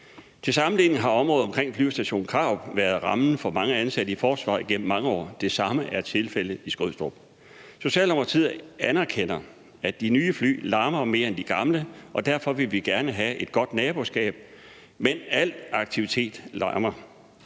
Til sammenligning har området omkring Flyvestation Krarup været rammen for mange ansatte i forsvaret gennem mange år – det samme er tilfældet i Skrydstrup. Socialdemokratiet anerkender, at de nye fly larmer mere end de gamle, og vi vil gerne have et godt naboskab, men al aktivitet larmer;